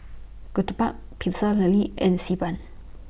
Ketupat Pecel Lele and Xi Ban